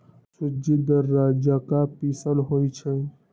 सूज़्ज़ी दर्रा जका पिसल होइ छइ